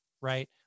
right